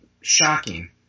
shocking